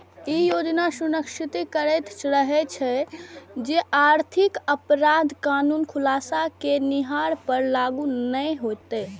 ई योजना सुनिश्चित करैत रहै जे आर्थिक अपराध कानून खुलासा केनिहार पर लागू नै हेतै